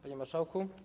Panie Marszałku!